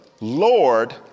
Lord